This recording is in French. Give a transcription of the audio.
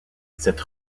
cette